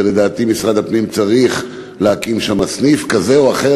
ולדעתי משרד הפנים צריך להקים שם סניף כזה או אחר,